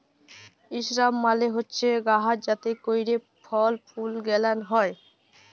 ইসরাব মালে হছে গাহাচ যাতে ক্যইরে ফল ফুল গেলাল হ্যয়